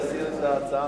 להסיר את ההצעה